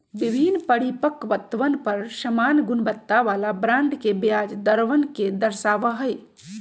विभिन्न परिपक्वतवन पर समान गुणवत्ता वाला बॉन्ड के ब्याज दरवन के दर्शावा हई